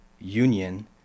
union